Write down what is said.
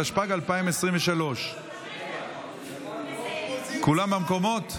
התשפ"ג 2023. כולם במקומות?